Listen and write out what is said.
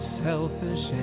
selfish